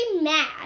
mad